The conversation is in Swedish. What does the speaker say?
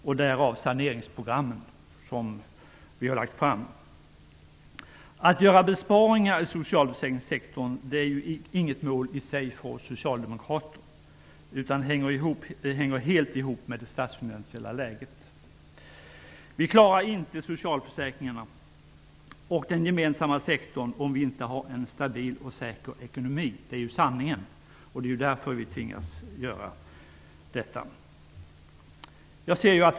Därför kom de saneringsprogram som vi har lagt fram. Att göra besparingar i socialförsäkringssektorn är inget mål i sig för oss socialdemokrater. Det hänger helt ihop med det statsfinansiella läget. Vi klarar inte socialförsäkringarna och den gemensamma sektorn om vi inte har en stabil och säker ekonomi. Det är sanningen. Det är därför vi tvingas göra detta.